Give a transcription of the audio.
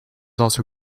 also